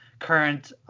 current